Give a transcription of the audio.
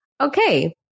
okay